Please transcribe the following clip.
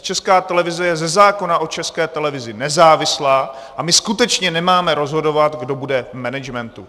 Česká televize je zákona o České televizi nezávislá a my skutečně nemáme rozhodovat, kdo bude v managementu.